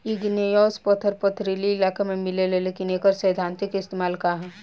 Igneous पत्थर पथरीली इलाका में मिलेला लेकिन एकर सैद्धांतिक इस्तेमाल का ह?